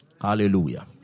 Hallelujah